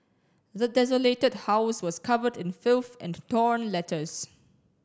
the desolated house was covered in filth and torn letters